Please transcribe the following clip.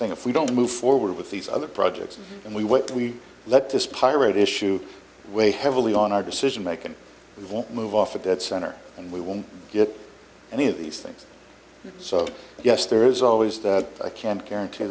thing if we don't move forward with these other projects and we will we let this pirate issue way heavily on our decision making we won't move off of that center and we won't get any of these things so yes there is always that can't guarantee